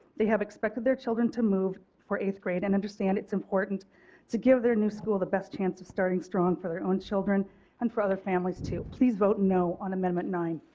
they have expected their children to move for eighth grade and understand it is important to give their new school the best chance of starting strong for their own children and for the families too. please vote no on amendment nine.